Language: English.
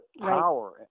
power